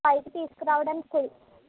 పైకి తీసుకురవడానికి కుల్